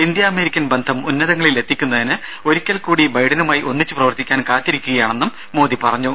India American ബന്ധം ഉന്നതങ്ങളിൽ എത്തിക്കുന്നതിന് ഒരിക്കൽകൂടി ബൈഡനുമായി ഒന്നിച്ചു പ്രവർത്തിക്കാൻ കാത്തിരിക്കുകയാണെന്നും മോദി പറഞ്ഞു